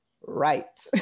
right